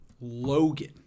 Logan